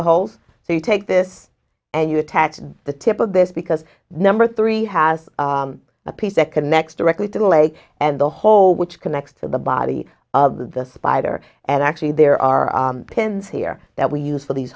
holes so you take this and you attach the tip of this because number three has a piece that connects directly to the lake and the hole which connects to the body of the spider and actually there are pins here that we use for these